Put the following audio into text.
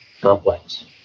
complex